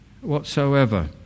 whatsoever